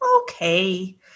okay